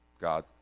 God